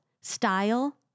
Style